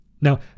Now